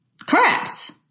Correct